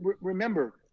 Remember